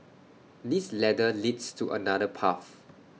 this ladder leads to another path